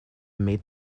made